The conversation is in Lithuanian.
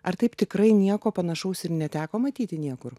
ar taip tikrai nieko panašaus ir neteko matyti niekur